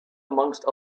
amongst